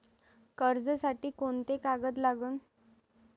कर्जसाठी कोंते कागद लागन?